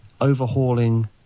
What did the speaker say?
overhauling